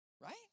right